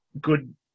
good